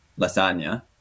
lasagna